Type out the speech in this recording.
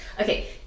Okay